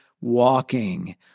walking